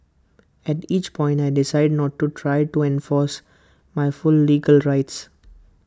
at each point I decided not to try to enforce my full legal rights